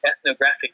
ethnographic